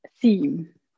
theme